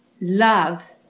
love